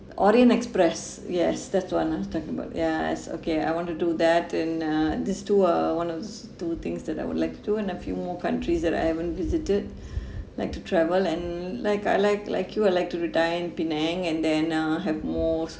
orient express yes that's one I was talking about yes okay I want to do that and uh these two uh one of two things that I would like to do and a few more countries that I haven't visited like to travel and like I like like you I like to retire in penang and then uh have malls